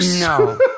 No